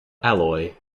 alloy